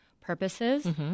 purposes